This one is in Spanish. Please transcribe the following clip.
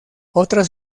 otras